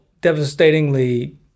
devastatingly